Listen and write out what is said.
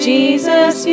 Jesus